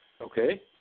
Okay